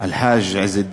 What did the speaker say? להלן תרגומם: לאבי ז"ל,